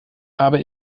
aber